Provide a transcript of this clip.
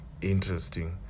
interesting